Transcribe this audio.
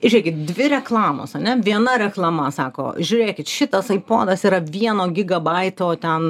žiūrėkit dvi reklamos ane viena reklama sako žiūrėkit šitas aifonas yra vieno gigabaito ten